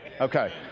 Okay